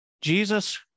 Jesus